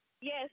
Yes